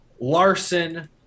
Larson